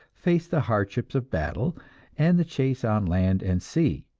faced the hardships of battle and the chase on land and sea.